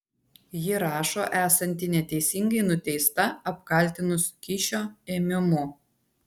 ji rašo esanti neteisingai nuteista apkaltinus kyšio ėmimu